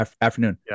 afternoon